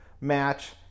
match